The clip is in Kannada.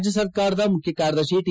ರಾಜ್ಯ ಸರ್ಕಾರದ ಮುಖ್ಯ ಕಾರ್ಯದರ್ಶಿ ಟಿ